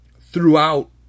throughout